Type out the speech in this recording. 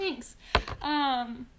Thanks